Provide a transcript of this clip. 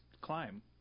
climb